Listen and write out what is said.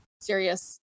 serious